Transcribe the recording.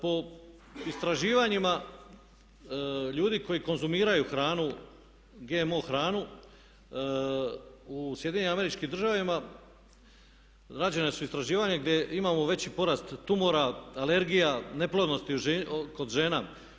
Po istraživanjima ljudi koji konzumiraju hranu, GMO hranu u SAD-u rađena su istraživanja gdje imamo veći porast tumora, alergija, neplodnosti kod žena.